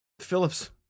Phillips